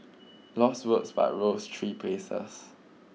lost votes but rose three places